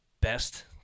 best